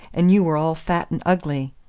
and you were all fat and ugly.